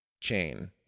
chain